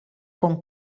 con